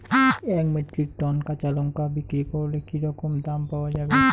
এক metric ton কাঁচা লঙ্কা বিক্রি করলে কি রকম দাম পাওয়া যাবে?